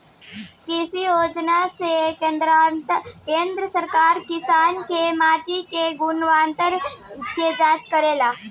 कृषि योजना से केंद्र सरकार किसानन के माटी के गुणवत्ता के जाँच करेला